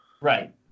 Right